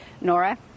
Nora